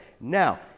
now